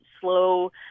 slow